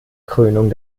krönung